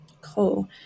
Cool